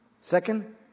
second